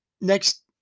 next